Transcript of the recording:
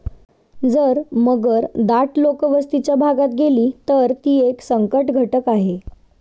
जर मगर दाट लोकवस्तीच्या भागात गेली, तर ती एक संकटघटक आहे